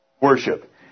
worship